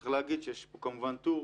צריך להגיד שיש פה כמובן טור,